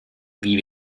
wie